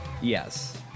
Yes